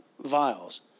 vials